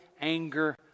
anger